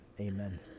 Amen